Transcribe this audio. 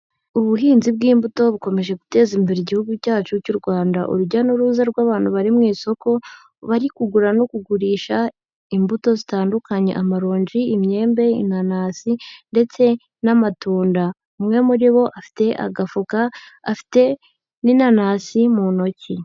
Ubuhinzi bw'imbuto bukomeje guteza imbere Igihugu cyacu cy'u Rwanda, urujya n'uruza rw'abantu bari mu isoko, bari kugura no kugurisha imbuto zitandukanye, amaronji, imyembe, inanasi ndetse n'amatunda, umwe muri bo afite agafuka afite n'inanasi mu ntoki.